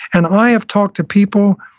and i have talked to people,